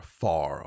far